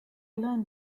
learned